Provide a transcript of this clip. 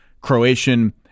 Croatian